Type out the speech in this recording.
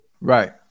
Right